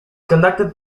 conducted